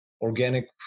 organic